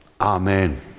Amen